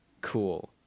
cool